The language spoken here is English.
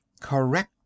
Correct